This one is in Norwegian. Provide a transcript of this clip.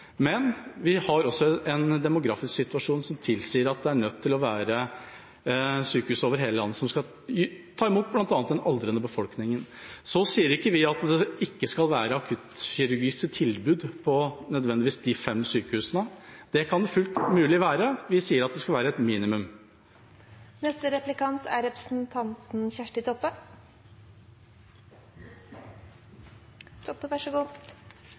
men vi har en demografisk situasjon som tilsier at det over hele landet er nødt til å være sykehus som skal ta imot bl.a. den aldrende befolkningen. Så sier vi ikke at det ikke skal være akuttkirurgiske tilbud på de fem sykehusene nødvendigvis, det kan fullt mulig være. Vi sier at det skal være et minimum. I Venstres program står det: «For redelighet og forutsigbarhet mener Venstre det er